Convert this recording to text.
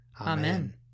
Amen